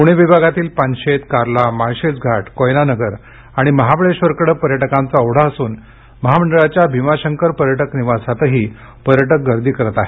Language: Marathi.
पुणे विभागातील पानशेत कार्ला माळशेज घाट कोयनानगर आणि महाबळेश्वरकडे पर्यटकांचा ओढा असुन महामंडळाच्या भिमाशंकर पर्यटक निवासातही पर्यटक गर्दी करत आहेत